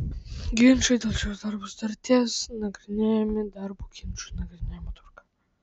ginčai dėl šios darbo sutarties nagrinėjami darbo ginčų nagrinėjimo tvarka